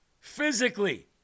physically